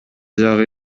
жагы